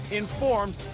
informed